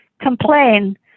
complain